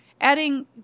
adding